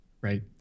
Right